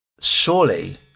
surely